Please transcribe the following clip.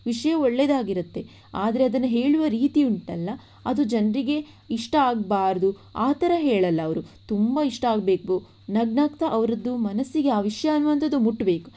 ವಿಷಯ ಒಳ್ಳೆಯದಾಗಿರತ್ತೆ ಆದರೆ ಅದನ್ನು ಹೇಳುವ ರೀತಿ ಉಂಟಲ್ಲ ಅದು ಜನರಿಗೆ ಇಷ್ಟ ಆಗಬಾರದು ಆ ಥರ ಹೇಳಲ್ಲ ಅವರು ತುಂಬ ಇಷ್ಟ ಆಗಬೇಕು ನಗು ನಗ್ತಾ ಅವರದ್ದು ಮನಸ್ಸಿಗೆ ಆ ವಿಷಯ ಅನ್ನುವಂಥದ್ದು ಮುಟ್ಟಬೇಕು